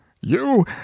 You